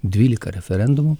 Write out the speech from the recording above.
dvylika referendumų